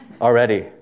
Already